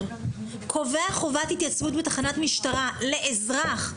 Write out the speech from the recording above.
קובע חובת התייצבות בתחנת משטרה לאזרח,